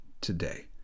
today